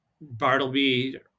Bartleby